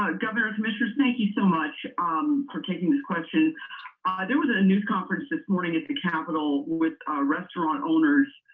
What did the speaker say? ah governor and commissioners, thank you so much um for taking this question. there was a news conference this morning at the capitol with restaurant owners